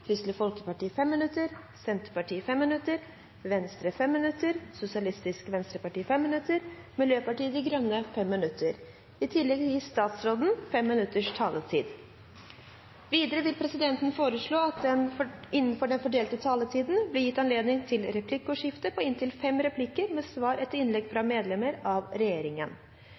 Kristelig Folkeparti 5 minutter, Senterpartiet 5 minutter, Venstre 5 minutter, Sosialistisk Venstreparti 5 minutter, Miljøpartiet De Grønne 5 minutter. I tillegg gis statsråden 5 minutters taletid. Videre vil presidenten foreslå at det innenfor den fordelte taletid blir gitt anledning til replikkordskifte på inntil fem replikker med svar etter innlegg fra medlemmer av regjeringen.